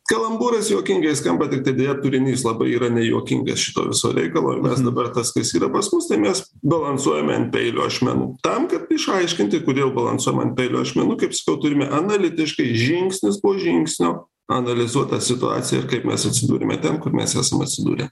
kalambūrais juokingai skamba tiktai deja turinys labai yra nejuokinga šito viso reikalo mes dabar tas kas yra pas mus tai mes balansuojame ant peilio ašmenų tam kad išaiškinti kodėl balansuojam ant peilio ašmenų kaip sakiau turime analitiškai žingsnis po žingsnio analizuot tą situaciją ir kaip mes atsidūrėme ten kur mes esam atsidūrę